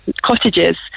cottages